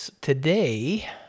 Today